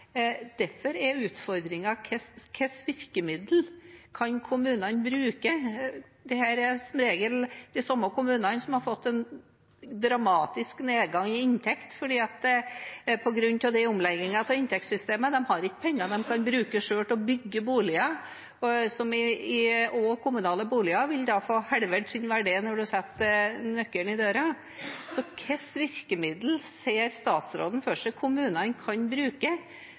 Derfor er utfordringen: Hvilke virkemidler kan kommunen bruke? Dette er som regel de samme kommunene som har fått en dramatisk nedgang i inntekt på grunn av omleggingen av inntektssystemet. De har ikke penger de kan bruke selv til å bygge boliger, og kommunale boliger vil da få halvert sin verdi når en setter nøkkelen i døra. Så hvilke virkemidler ser statsråden for seg at kommunene kan bruke